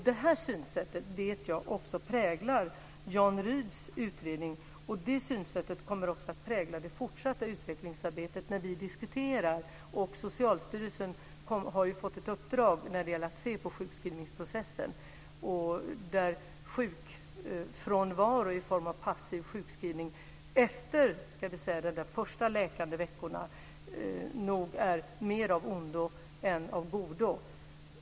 Det här synsättet vet jag också präglar Jan Rydhs utredning. Det synsättet kommer också att prägla det fortsatta utvecklingsarbetet. Socialstyrelsen har ju fått ett uppdrag att se över sjukskrivningsprocessen. Sjukfrånvaro i form av passiv sjukskrivning efter de första läkande veckorna är nog mer av ondo än av godo.